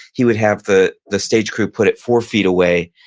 he would have the the stage crew put it four feet away,